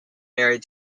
married